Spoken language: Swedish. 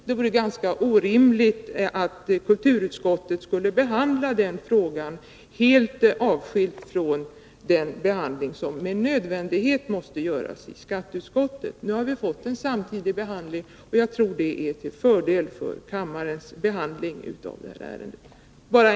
Det vore orimligt om kulturutskottet skulle behandla frågan helt avskilt från den behandling som med nödvändighet måste ske i skatteutskottet. Nu har vi haft en samtidig behandling, och jag tror det är till fördel för kammarens behandling av ärendet.